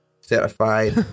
Certified